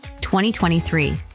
2023